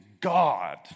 God